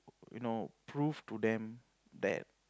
you know prove to them that